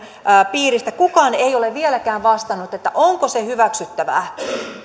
piiristä kukaan ei ole vieläkään vastannut onko se hyväksyttävää